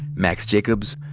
max jacobs,